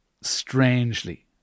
strangely